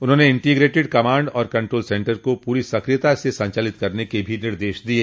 उन्होंने integrated command and control centre को पूरी सक्रियता से संचालित करने के भी निर्देश दिये